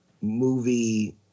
movie